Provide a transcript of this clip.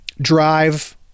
drive